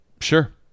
Sure